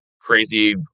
crazy